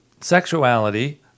sexuality